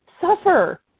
suffer